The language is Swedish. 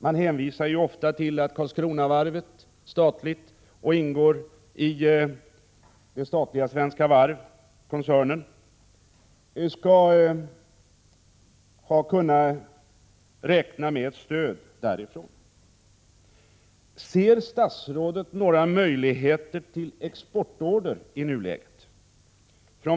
Man hänvisar ju ofta till att Karlskronavarvet, som är statligt och ingår i den statliga Svenska Varv-koncernen, skall kunna räkna med ett stöd därifrån. Ser statsrådet några möjligheter till exportorder i nuläget?